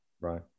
right